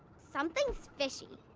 something's fishy!